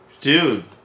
Dude